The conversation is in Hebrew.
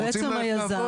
רוצים לעבוד.